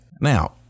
Now